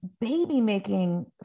baby-making